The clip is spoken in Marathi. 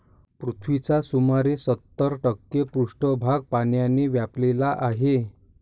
पृथ्वीचा सुमारे सत्तर टक्के पृष्ठभाग पाण्याने व्यापलेला आहे